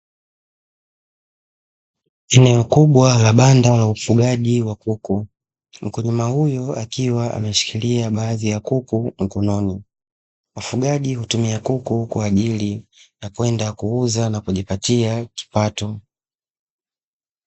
Chuo kubwa la banda la ufugaji wa kuku, kwenye maumivu akiwa ameshikilia baadhi ya kuku mkononi wafugaji kutumia kuku kwa ajili ya kwenda kuuza na kujipatia watu.